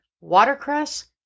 watercress